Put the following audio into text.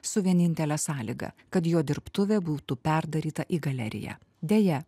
su vienintele sąlyga kad jo dirbtuvė būtų perdaryta į galeriją deja